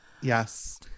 Yes